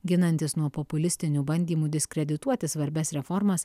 ginantis nuo populistinių bandymų diskredituoti svarbias reformas